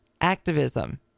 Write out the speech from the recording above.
activism